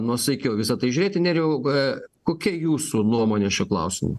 nuosaikiau į visa tai žiūrėti nerijau kokia jūsų nuomonė šiuo klausimu